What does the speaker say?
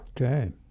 okay